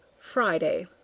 friday.